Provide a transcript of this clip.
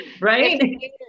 right